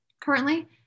currently